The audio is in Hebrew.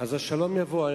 השלום יבוא.